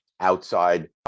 outside